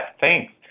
Thanks